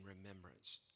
remembrance